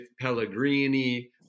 Pellegrini